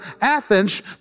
Athens